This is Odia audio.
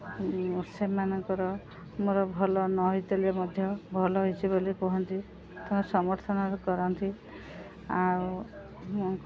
ସେମାନଙ୍କର ମୋର ଭଲ ନ ହୋଇଥିଲେ ମଧ୍ୟ ଭଲ ହୋଇଛି ବୋଲି କୁହନ୍ତି ତ ସମର୍ଥନ କରନ୍ତି ଆଉ